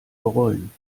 bereuen